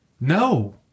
No